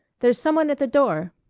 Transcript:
there's some one at the door.